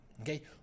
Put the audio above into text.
okay